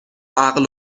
عقل